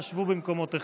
אנא שבו במקומותיכם,